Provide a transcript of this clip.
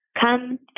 Come